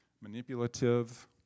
manipulative